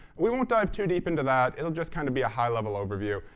we won't dive too deep into that. it'll just kind of be a high-level overview,